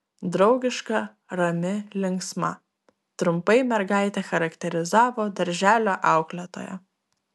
draugiška rami linksma trumpai mergaitę charakterizavo darželio auklėtoja